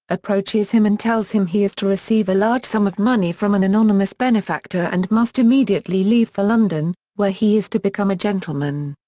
approaches him and tells him he is to receive a large sum of money from an anonymous benefactor and must immediately leave for london, where he is to become a gentleman.